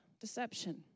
Deception